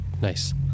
Nice